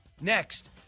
Next